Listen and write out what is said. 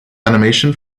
animation